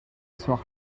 chuak